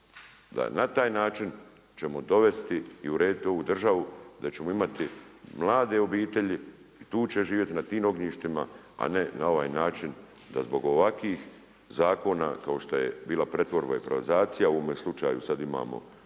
da na taj način ćemo dovesti i urediti ovu državu da ćemo imati mlade obitelji i tu će živjeti na tim ognjištima, a ne na ovaj način da zbog ovakvih zakona kao što je bila pretvorba i privatizacija, u ovome slučaju sada imamo